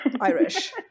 Irish